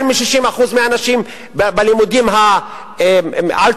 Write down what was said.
יותר מ-60% נשים בלימודים העל-תיכוניים,